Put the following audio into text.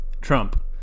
Trump